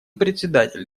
председатель